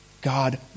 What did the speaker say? God